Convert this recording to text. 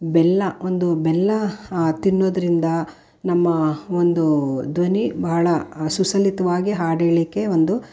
ಬೆಲ್ಲ ಒಂದು ಬೆಲ್ಲ ತಿನ್ನೋದ್ರಿಂದ ನಮ್ಮ ಒಂದು ಧ್ವನಿ ಭಾಳ ಸುಲಲಿತವಾಗಿ ಹಾಡು ಹೇಳ್ಲಿಕ್ಕೆ ಒಂದು